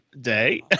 Day